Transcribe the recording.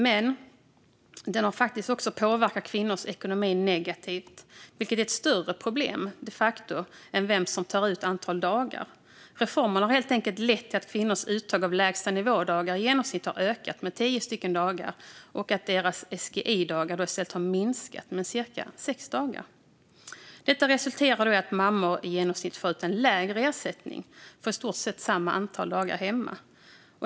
Den har dock faktiskt också påverkat kvinnors ekonomi negativt, vilket de facto är ett större problem än vem som tar ut vilket antal dagar. Reformen har helt enkelt lett till att kvinnors uttag av lägstanivådagar i genomsnitt har ökat med tio dagar och att deras SGI-dagar i stället har minskat med cirka sex dagar. Detta resulterar i att mammor i genomsnitt får ut en lägre ersättning för i stort sett samma antal dagar hemma.